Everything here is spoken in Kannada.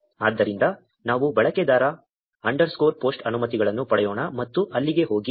ಆದ್ದರಿಂದ ನಾವು ಬಳಕೆದಾರ ಅಂಡರ್ಸ್ಕೋರ್ ಪೋಸ್ಟ್ ಅನುಮತಿಗಳನ್ನು ಪಡೆಯೋಣ ಮತ್ತು ಅಲ್ಲಿಗೆ ಹೋಗಿ